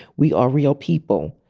we are real people.